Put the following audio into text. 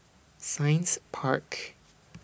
Science Park